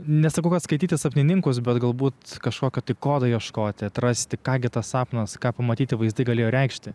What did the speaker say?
nesakau kad skaityti sapnininkus bet galbūt kažkokio kodo ieškoti atrasti ką gi tas sapnas ką pamatyti vaizdai galėjo reikšti